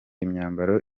imyambaro